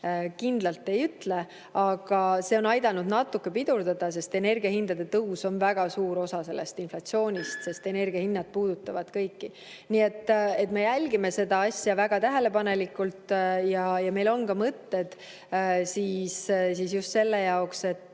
kindlalt ei ütle. Aga see on aidanud natuke seda pidurdada, sest energiahindade tõus on väga suur osa inflatsioonist, energiahinnad puudutavad kõiki. Nii et me jälgime seda asja väga tähelepanelikult ja meil on ka mõtted just selle jaoks, et